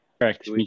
Correct